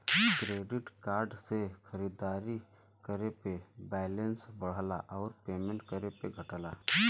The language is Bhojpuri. क्रेडिट कार्ड से खरीदारी करे पे बैलेंस बढ़ला आउर पेमेंट करे पे घटला